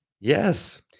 Yes